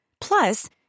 Plus